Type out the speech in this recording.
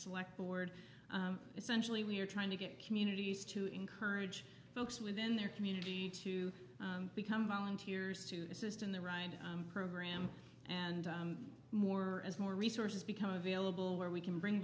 select board essentially we are trying to get communities to encourage folks within their community to become volunteers to assist in the ride program and more as more resources become available where we can bring